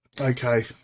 okay